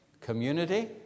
community